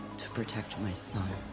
to protect my son.